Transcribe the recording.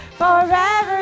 forever